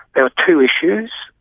there are two issues.